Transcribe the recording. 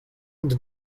the